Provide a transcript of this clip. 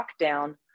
lockdown